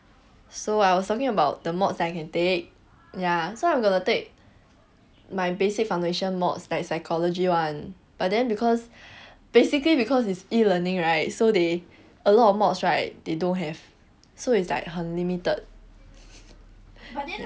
so I was talking about the mods that I can take ya so I'm gonna take my basic foundation mods like psychology one but then because basically because it's E learning right so they a lot of mods right they don't have so it's like 很 limited